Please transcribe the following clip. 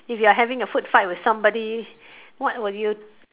if you are having a food fight with somebody what would you